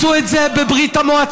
ניסו את זה בברית המועצות.